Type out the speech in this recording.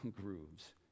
grooves